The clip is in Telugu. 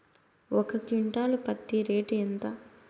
ఒక క్వింటాలు పత్తి రేటు ఎంత?